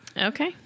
Okay